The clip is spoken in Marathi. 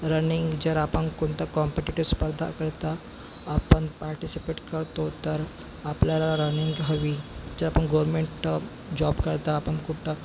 रनिंग जर आपण कोणतं कॉम्पिटिटे स्पर्धाकरता आपण पार्टिसिपेट करतो तर आपल्याला रनिंग हवी जर आपण गोरमेंट जॉबकरता आपण कुठं